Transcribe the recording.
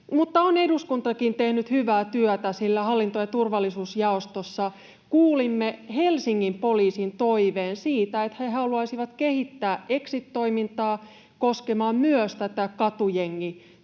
Mutta on eduskuntakin tehnyt hyvää työtä, sillä hallinto‑ ja turvallisuusjaostossa kuulimme Helsingin poliisin toiveen siitä, että he haluaisivat kehittää exit-toimintaa koskemaan myös tätä katujengityötä,